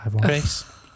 Grace